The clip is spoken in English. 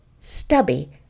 Stubby